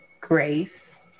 grace